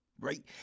Right